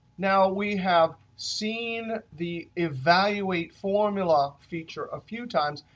now we have seen the evaluate formula feature a few times,